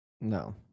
No